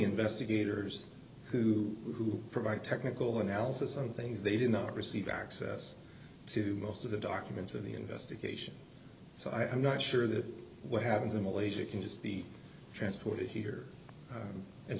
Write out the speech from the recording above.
investigators who provide technical analysis on things they did not receive access to most of the documents of the investigation so i am not sure that what happened in malaysia can just be transported here